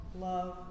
love